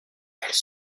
elle